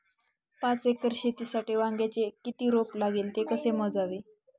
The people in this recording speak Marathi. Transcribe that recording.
पाच एकर शेतीसाठी वांग्याचे किती रोप लागेल? ते कसे मोजावे?